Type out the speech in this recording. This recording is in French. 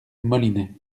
molinet